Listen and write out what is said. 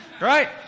right